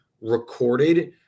recorded